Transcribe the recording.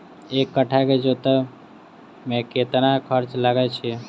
एक कट्ठा केँ जोतय मे कतेक खर्चा लागै छै?